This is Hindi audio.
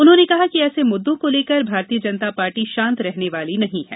उन्होंने कहा कि ऐसे मुददों को लेकर भारतीय जनता पार्टी शांत रहने वाली नहीं है